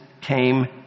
came